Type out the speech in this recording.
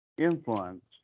influence